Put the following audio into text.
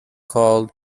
called